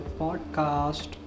podcast